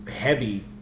heavy